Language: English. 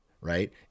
Right